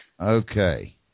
Okay